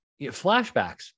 Flashbacks